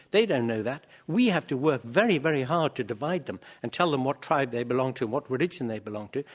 they don't know that. we have to work very, very hard to divide them and tell them what tribe they belong to and what religion they belong to.